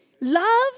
Love